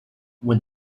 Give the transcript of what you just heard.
when